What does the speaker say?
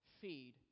feed